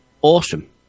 awesome